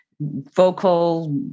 Vocal